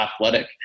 athletic